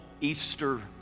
Easter